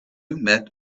met